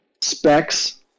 specs